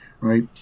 right